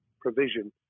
provision